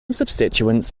substituents